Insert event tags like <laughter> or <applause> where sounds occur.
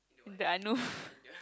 in the unknown <breath>